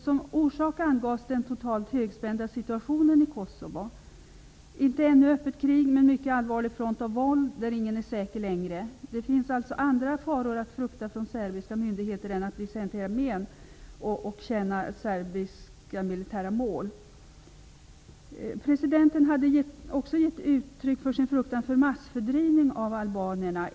Som orsak angavs den totalt högspända situationen i Kosovo. Det är inte ännu öppet krig, men det är en allvarlig front av våld, där ingen längre är säker. Det finns alltså andra faror att frukta från serbiska myndigheter än att bli sänd till armén och till kända serbiska militära mål. Presidenten hade också gett uttryck för sin fruktan för massfördrivning av albanierna.